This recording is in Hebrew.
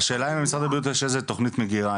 השאלה אם למשרד הבריאות יש איזו תכנית מגירה,